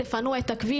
'תפנו את הכביש',